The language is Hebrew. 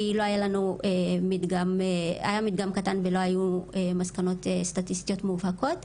כי היה לנו מדגם קטן ולא היו מסקנות סטטיסטיות מובהקות.